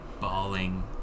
bawling